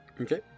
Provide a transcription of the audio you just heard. Okay